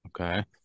Okay